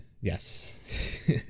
yes